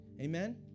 Amen